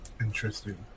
Interesting